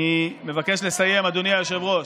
אני מבקש לסיים, אדוני היושב-ראש.